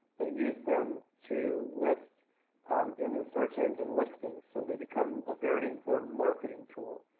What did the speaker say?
they use them to list in the search-engine listings. so they become a very important marketing tool.